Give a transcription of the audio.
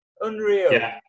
Unreal